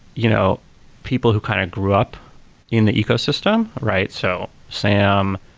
you know people who kind of grew up in the ecosystem, right? so sam,